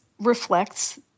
reflects